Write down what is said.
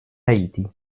haiti